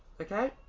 Okay